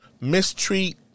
mistreat